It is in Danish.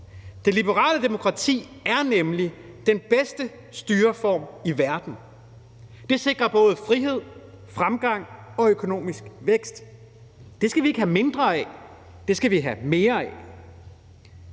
Det liberale demokrati er nemlig den bedste styreform i verden. Det sikrer både frihed, fremgang og økonomisk vækst. Det skal vi ikke have mindre af; det skal vi have mere af.